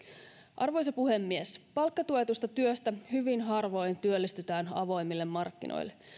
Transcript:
arvoisa puhemies palkkatuetusta työstä hyvin harvoin työllistytään avoimille markkinoille